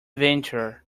venture